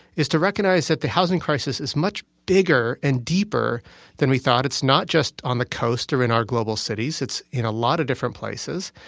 is to recognize that the housing crisis is much bigger and deeper than we thought. it's not just on the coast or in our global cities, it's in a lot of different places.